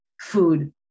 Food